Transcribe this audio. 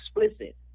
explicit